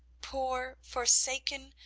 poor, forsaken,